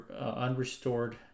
unrestored